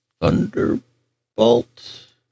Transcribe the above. Thunderbolt